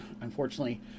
unfortunately